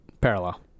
parallel